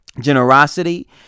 generosity